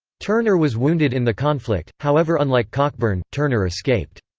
turner was wounded in the conflict, however unlike cockburn, turner escaped.